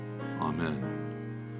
amen